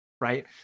Right